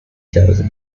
casa